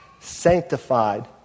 sanctified